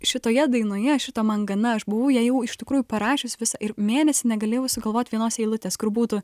šitoje dainoje šito man gana aš buvau ją jau iš tikrųjų parašius visą ir mėnesį negalėjau sugalvot vienos eilutės kur būtų